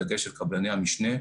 בדגש על קבלני המשנה,